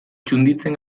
txunditzen